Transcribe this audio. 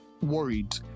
worried